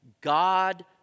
God